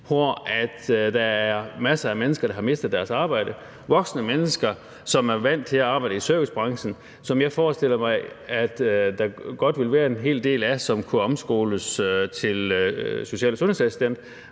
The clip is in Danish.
hvor der er masser af mennesker, der har mistet deres arbejde, voksne mennesker, som er vant til at arbejde i servicebranchen, hvor jeg forestiller mig der godt kan være en hel del som kunne omskoles til social- og sundhedsassistenter.